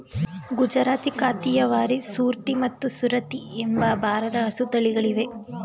ಗುಜರಾತಿ, ಕಾಥಿಯವಾರಿ, ಸೂರ್ತಿ ಮತ್ತು ಸುರತಿ ಎಂಬ ಭಾರದ ಹಸು ತಳಿಗಳಿವೆ